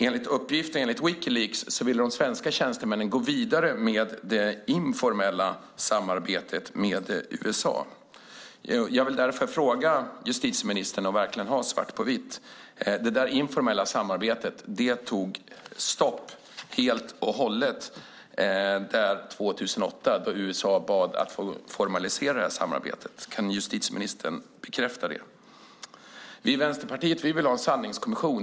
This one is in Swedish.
Enligt Wikileaks uppgifter ville de svenska tjänstemännen gå vidare med det informella samarbetet med USA. Jag vill därför ställa en fråga till justitieministern för att verkligen ha svart på vitt. Det informella samarbetet tog stopp helt och hållet 2008 då USA bad att få formalisera det här samarbetet. Kan justitieministern bekräfta det? Vi i Vänsterpartiet vill ha en sanningskommission.